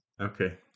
Okay